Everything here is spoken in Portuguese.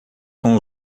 com